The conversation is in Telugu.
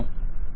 క్లయింట్ హ